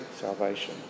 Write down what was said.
salvation